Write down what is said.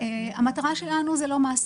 המטרה שלנו היא לא מס.